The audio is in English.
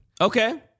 Okay